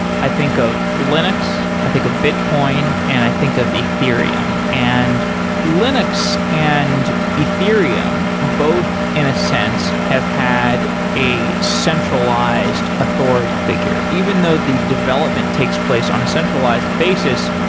i think of linux, i think of bitcoin and i think of ethereum. and linux and ethereum ethereum both in a sense have had a centralized authority figure, even though the development takes place on a centralized basis,